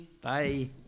Bye